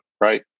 right